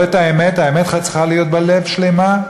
לא את האמת, האמת צריכה להיות בלב, שלמה,